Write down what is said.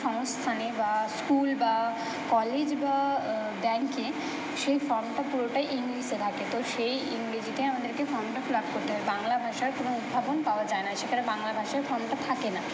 কোনো সংস্থানে বা স্কুল বা কলেজ বা ব্যাঙ্কে সেই ফর্মটা পুরোটা ইংলিশে থাকে তো সেই ইংরেজিতে আমাদেরকে ফর্মটা ফিল আপ করতে হয় বাংলা ভাষার কোনো উদ্ভাবন পাওয়া যায় না সেখানে বাংলা ভাষায় ফর্মটা থাকে না